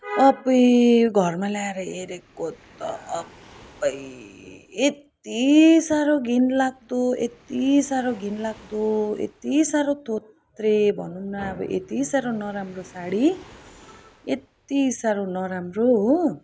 अबुई घरमा ल्याएर हेरेको त अबुई यत्ति साह्रो घिनलाग्दो यत्ति साह्रो घिनलाग्दो यत्ति साह्रो थोत्रे भनौँ न अब यति साह्रो नराम्रो साडी यति साह्रो नराम्रो हो